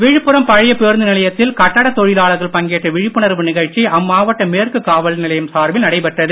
விழுப்புரம் பழைய பேருந்து நிலையத்தில் கட்டிட தொழிலாளர்கள் பங்கேற்ற விழிப்புணர்வு நிகழ்ச்சி அம்மாவட்ட மேற்கு காவல்நிலையம் சார்பில் நடைபெற்றது